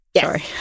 sorry